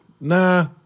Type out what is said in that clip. nah